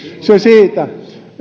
se siitä